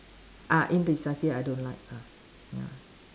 ah indecisive I don't like ah ya